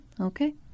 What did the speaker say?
Okay